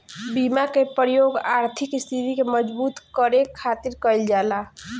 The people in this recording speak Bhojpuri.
बीमा के प्रयोग आर्थिक स्थिति के मजबूती करे खातिर कईल जाला